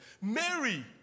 Mary